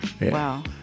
Wow